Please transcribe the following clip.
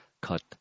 cut